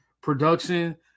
production